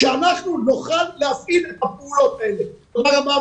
שאנחנו נוכל להפעיל --- תודה רבה,